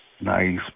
Nice